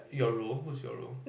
your role who's your role